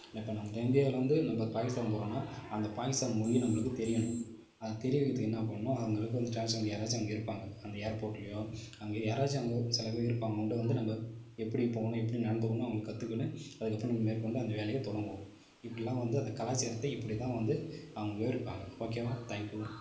இப்போ நம்ம இந்தியாவில் வந்து நம்ம பாகிஸ்தான் போகிறோன்னா அந்த பாகிஸ்தான் மொழியை நம்மளுக்கு தெரியணும் அதை தெரிய வைக்கிறது என்ன பண்ணணும் அவங்களுக்கு வந்து ட்ரான்ஸ்லடர் யாராச்சும் அங்கே இருப்பாங்கள் அந்த ஏர்போர்ட்லயோ அங்கே யாராச்சும் அங்கே சில பேர் இருப்பாங்கள் அவங்கள்ட்ட வந்து நம்ம எப்படி போகணும் எப்படி நடந்துக்கணும்ன்னு அவங்க கத்துக்குன்னு அதுக்கப்புறம் நம்ம மேற்கொண்டு அந்த வேலையை தொடங்கணும் இப்ப்டிலாம் வந்து அந்த கலாச்சாரத்தை இப்படிதான் வந்து அவங்க விவரிப்பாங்கள் ஓகேவா தேங்க் யூ